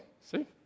see